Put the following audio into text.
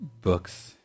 books